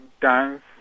dance